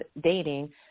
dating